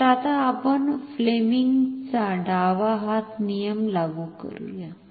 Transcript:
तर आता आपण फ्लेमिंगचा डावा हात नियम लागू करूया